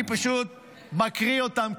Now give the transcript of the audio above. אני פשוט מקריא אותם.